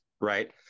right